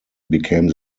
became